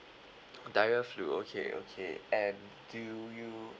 diarrhoea flu okay okay and do you